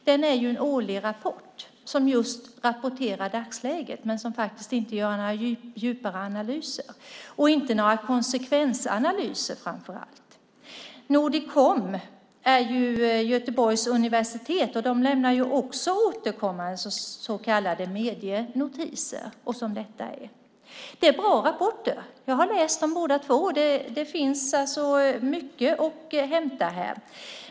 Det är en årlig rapport som just rapporterar dagsläget men som faktiskt inte gör några djupare analyser, framför allt inte några konsekvensanalyser. Nordicom är Göteborgs universitet. De lämnar ju också återkommande så kallade medienotiser, som detta är. Det är bra rapporter. Jag har läst dem båda två. Det finns mycket att hämta där.